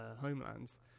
homelands